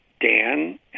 Dan